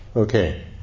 Okay